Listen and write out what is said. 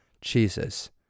Jesus